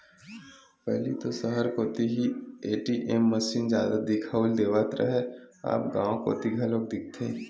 पहिली तो सहर कोती ही ए.टी.एम मसीन जादा दिखउल देवत रहय अब गांव कोती घलोक दिखथे